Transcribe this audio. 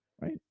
right